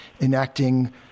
enacting